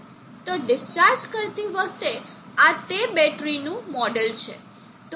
તો ડિસ્ચાર્જ કરતી વખતે આ તે બેટરીનું મોડેલ છે